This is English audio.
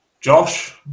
Josh